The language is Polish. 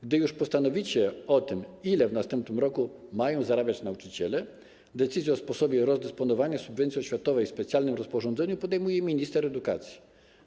Gdy już postanowicie o tym, ile w następnym roku mają zarabiać nauczyciele, decyzję o sposobie rozdysponowania subwencji oświatowej w specjalnym rozporządzeniu podejmuje minister edukacji.